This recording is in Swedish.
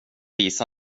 visa